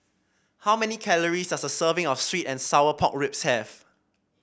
how many calories does a serving of sweet and Sour Pork Ribs have